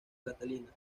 catalina